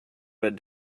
but